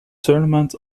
tournament